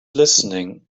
listening